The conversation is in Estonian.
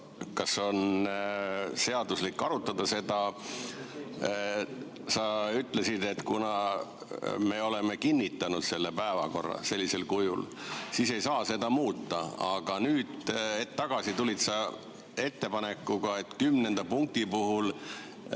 kas on seaduslik seda arutada. Sa ütlesid, et kuna me oleme kinnitanud päevakorra sellisel kujul, siis ei saa seda muuta, aga nüüd, hetk tagasi tulid sa välja ettepanekuga, et 10. punkti puhul